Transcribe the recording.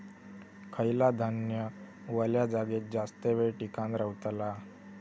खयला धान्य वल्या जागेत जास्त येळ टिकान रवतला?